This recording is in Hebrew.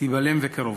תיבלם בקרוב,